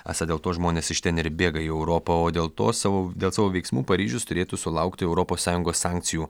esą dėl to žmonės iš ten ir bėga į europą o dėl to savo dėl savo veiksmų paryžius turėtų sulaukti europos sąjungos sankcijų